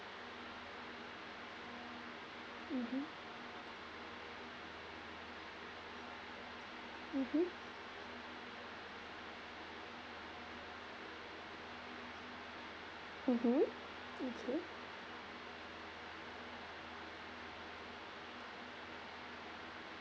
mmhmm mmhmm mmhmm okay